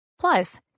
Plus